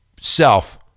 self